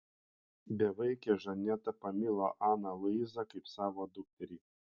bevaikė žaneta pamilo aną luizą kaip savo dukterį